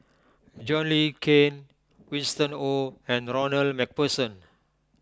John Le Cain Winston Oh and Ronald MacPherson